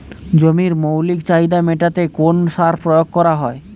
জমির মৌলিক চাহিদা মেটাতে কোন সার প্রয়োগ করা হয়?